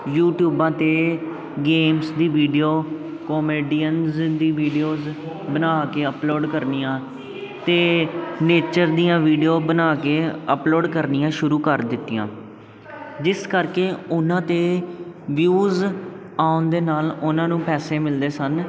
ਯੂਟਿਊਬਾਂ 'ਤੇ ਗੇਮਸ ਦੀ video comedian ਦੀ ਵੀਡੀਓਜ ਬਣਾ ਕੇ ਅਪਲੋਡ ਕਰਨੀਆਂ ਅਤੇ ਨੇਚਰ ਦੀਆਂ ਵੀਡੀਓ ਬਣਾ ਕੇ ਅਪਲੋਡ ਕਰਨੀਆਂ ਸ਼ੁਰੂ ਕਰ ਦਿੱਤੀਆਂ ਜਿਸ ਕਰਕੇ ਉਹਨਾਂ ਦੇ ਵਿਊਜ਼ ਆਉਣ ਦੇ ਨਾਲ ਉਹਨਾਂ ਨੂੰ ਪੈਸੇ ਮਿਲਦੇ ਸਨ